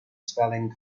spelling